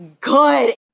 good